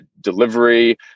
delivery